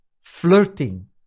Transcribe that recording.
flirting